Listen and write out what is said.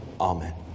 Amen